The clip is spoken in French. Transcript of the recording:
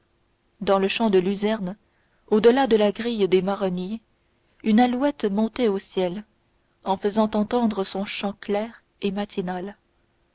dans le champ de luzerne au-delà de la grille des marronniers une alouette montait au ciel en faisant entendre son chant clair et matinal